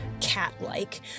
cat-like